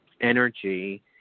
energy